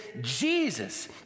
Jesus